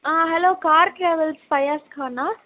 ஆ hello car travels ஃபயாஸ்க் கானா